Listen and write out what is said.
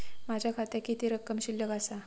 माझ्या खात्यात किती रक्कम शिल्लक आसा?